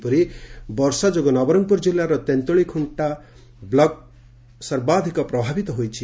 ସେହିପରି ବର୍ଷା ଯୋଗୁଁ ନବରଙଗପୁର ଜିଲ୍ଲାର ତେନ୍ତୁଳିଖୁଷ୍କ ବ୍ଲକ୍ ସର୍ବାଧିକ ପ୍ରଭାବିତ ହୋଇଛି